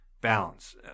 balance